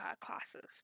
classes